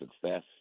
success